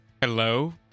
Hello